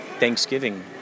Thanksgiving